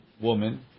woman